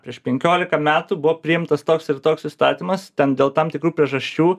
prieš penkiolika metų buvo priimtas toks ir toks įstatymas ten dėl tam tikrų priežasčių